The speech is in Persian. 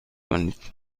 کنید